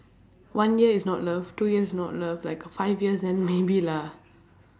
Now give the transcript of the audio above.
one year is not love two years is not love like five years then maybe lah